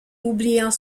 oubliant